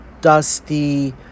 dusty